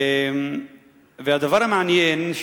והדבר המעניין הוא,